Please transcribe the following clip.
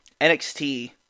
NXT